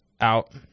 out